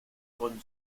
con